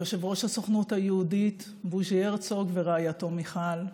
יושב-ראש הסוכנות היהודית בוז'י הרצוג ורעייתו מיכל,